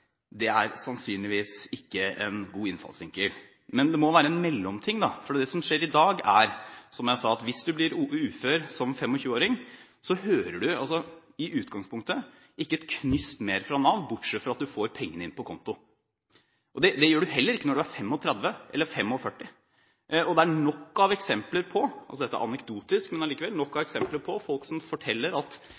sannsynligvis ikke er en god innfallsvinkel. Men det må være en mellomting. For det som skjer i dag, er, som jeg sa, at hvis du blir ufør som 25-åring, hører du i utgangspunktet ikke et knyst mer fra Nav, bortsett fra at du får pengene inn på konto. Det gjør du heller ikke når du er 35 eller 45. Det er nok av eksempler på – og dette er anekdotisk, men likevel – folk som forteller at